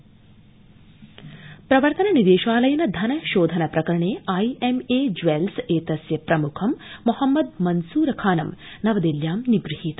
प्रवर्तन निदेशालय प्रवर्तन निदेशालयेन धन शोधन प्रकरणे आईएमए ज्वैल्स एतस्य प्रम्खं मोहम्मद मंसूर खानं नवदिल्ल्यां निगृहीत